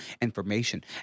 information